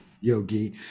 yogi